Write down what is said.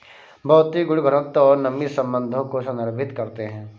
भौतिक गुण घनत्व और नमी संबंधों को संदर्भित करते हैं